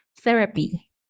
therapy